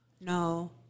No